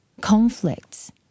conflicts